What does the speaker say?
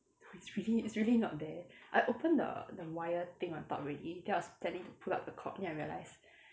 no it's really it's really not there I open the the wire thing on top already then I was planning to pull out the cork then I realised